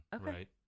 Right